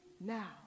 now